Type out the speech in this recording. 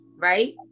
right